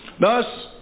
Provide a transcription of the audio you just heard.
Thus